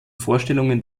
vorstellungen